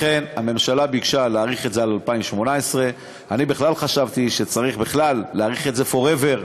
לכן הממשלה ביקשה להאריך את זה עד 2018. אני חשבתי שצריך בכלל להאריך את זה forever.